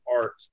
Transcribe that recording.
art